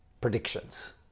predictions